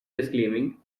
disclaiming